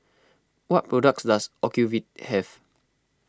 what products does Ocuvite have